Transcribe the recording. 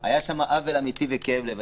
היה שם עוול אמיתי וכאב לב.